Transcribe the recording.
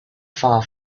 far